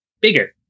bigger